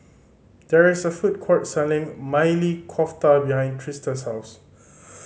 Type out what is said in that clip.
there is a food court selling Maili Kofta behind Trista's house